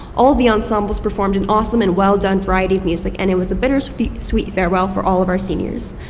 all the ensembles performed an awesome and well done variety of music. and it was a bittersweet bittersweet farewell for all of our seniors.